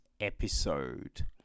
episode